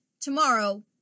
Tomorrow